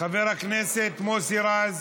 חבר הכנסת מוסי רז,